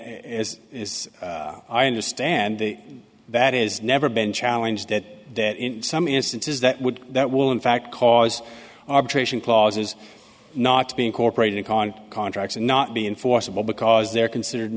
as i understand that is never been challenged that debt in some instances that would that will in fact cause arbitration clauses not to be incorporated on contracts and not be enforceable because they're considered